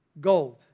Gold